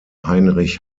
heinrich